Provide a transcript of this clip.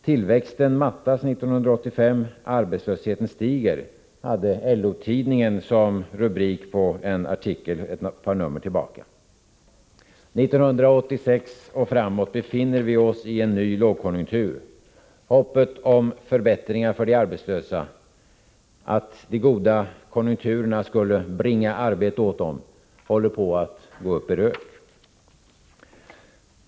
Tillväxten mattas, arbetslösheten stiger, hade LO-tidningen som rubrik på en artikel för ett par nummer sedan. År 1986 och framåt befinner vi oss i en ny lågkonjunktur. Hoppet om förbättringar för de arbetslösa — att de goda konjunkturerna skulle bringa arbete åt dem — håller på att gå upp i rök.